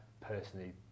personally